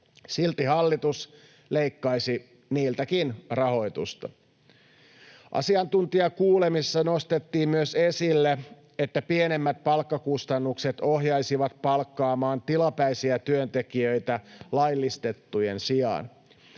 Silti hallitus leikkaisi niiltäkin rahoitusta. Asiantuntijakuulemisissa nostettiin esille myös, että pienemmät palkkakustannukset ohjaisivat palkkaamaan tilapäisiä työntekijöitä laillistettujen sijaan.